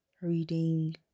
reading